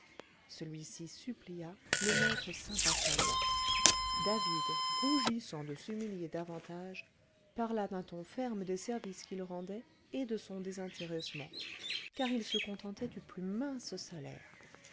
celui-ci supplia le maître s'impatienta david rougissant de s'humilier davantage parla d'un ton ferme des services qu'il rendait et de son désintéressement car il se contentait du plus mince salaire